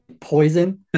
poison